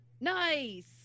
nice